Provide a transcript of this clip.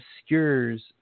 obscures